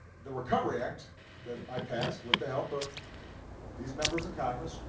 the recovery act that i passed, with the help of these members of congress,